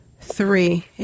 Three